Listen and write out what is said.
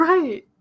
Right